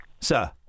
sir